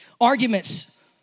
Arguments